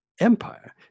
empire